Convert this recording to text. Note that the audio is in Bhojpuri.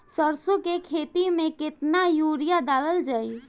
सरसों के खेती में केतना यूरिया डालल जाई?